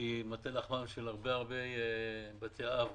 שהיא מטה לחמם של הרבה הרבה בתי אב